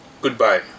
Goodbye